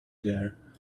there